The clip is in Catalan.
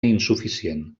insuficient